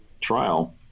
trial